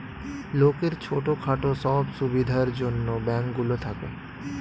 লোকের ছোট খাটো সব সুবিধার জন্যে ব্যাঙ্ক গুলো থাকে